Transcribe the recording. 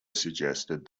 suggested